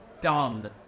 done